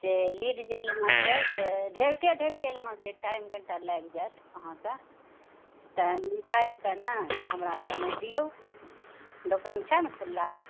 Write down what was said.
से lead जे लेना छै से ढेरके ढेरके लेना छै टाइम कनिटा लागि जाएत अहाँके टाइम निकालि कऽ नहि तऽ हमरा समय दियौ दोकान छै ने खुला